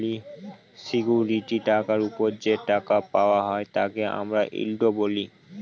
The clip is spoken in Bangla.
সিকিউরিটি টাকার ওপর যে টাকা পাওয়া হয় তাকে আমরা ইল্ড বলি